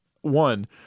one